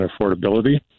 affordability